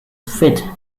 fitted